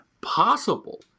possible